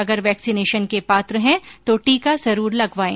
अगर वैक्सीनेशन के पात्र है तो टीका जरूर लगवाएं